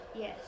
Yes